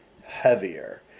heavier